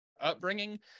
upbringing